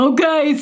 Okay